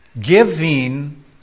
Giving